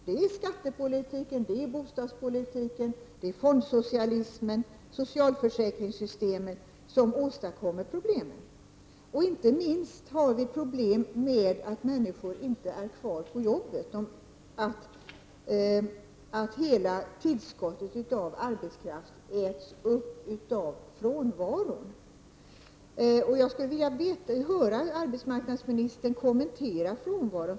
Det är skattepolitiken, bostadspolitiken, fondsocialismen och socialförsäkringssystemen som åstadkommer problemen. Inte minst har vi problem med att människor inte är kvar på jobbet. Hela tillskottet av arbetskraft äts upp av frånvaron. Jag vill få en kommentar från arbetsmarknadsministern när det gäller problemen med frånvaron.